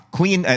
Queen